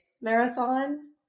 marathon